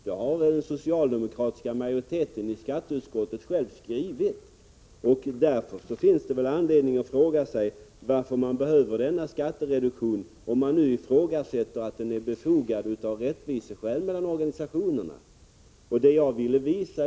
Detta har majoriteten i skatteutskottet själv skrivit och därför finns det väl anledning att fråga sig varför skattereduktionen behövs, om det nu ifrågasätts om den när det gäller organisationerna är befogad av rättviseskäl.